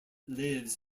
lives